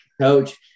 Coach